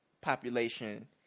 population